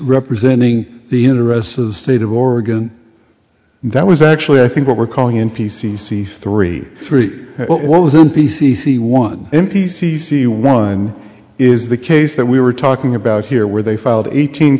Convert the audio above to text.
representing the interests of the state of oregon that was actually i think what we're calling in p c c three three what was in p c c one in p c c one is the case that we were talking about here where they filed eighteen